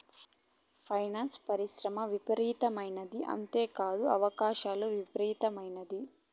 finance పరిశ్రమ విస్తృతమైనది అంతేకాదు అవకాశాలు విస్తృతమైనది